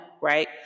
right